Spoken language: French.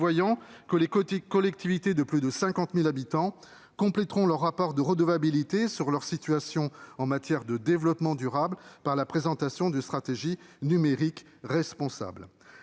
prévoit que les collectivités de plus de 50 000 habitants compléteront leur rapport sur leur situation en matière de développement durable par la présentation d'une stratégie numérique responsable.